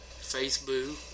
Facebook